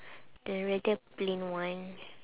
the rather plain one